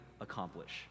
accomplish